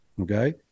Okay